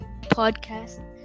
podcast